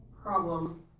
problem